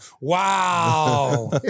Wow